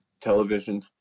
television